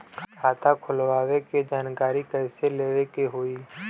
खाता खोलवावे के जानकारी कैसे लेवे के होई?